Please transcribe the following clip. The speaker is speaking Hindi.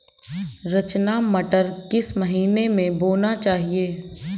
रचना मटर किस महीना में बोना चाहिए?